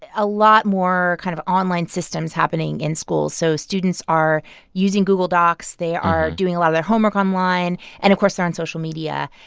a lot more kind of online systems happening in schools. so students are using google docs. they are doing a lot of their homework online, and of course they're on social media.